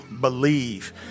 believe